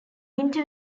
winter